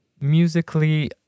Musically